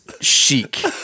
chic